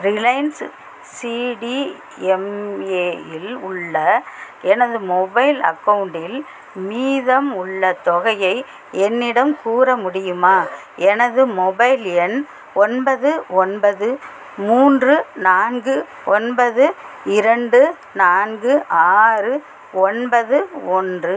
Reliance CDMA இல் உள்ள எனது மொபைல் அக்கௌண்டில் மீதம் உள்ள தொகையை என்னிடம் கூற முடியுமா எனது மொபைல் எண் ஒன்பது ஒன்பது மூன்று நான்கு ஒன்பது இரண்டு நான்கு ஆறு ஒன்பது ஒன்று